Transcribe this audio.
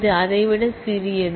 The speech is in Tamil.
இது இதைவிட சிறியது